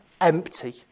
empty